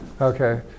Okay